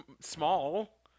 small